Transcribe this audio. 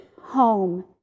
home